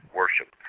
worship